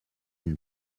une